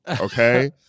Okay